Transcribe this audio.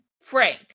Frank